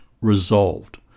resolved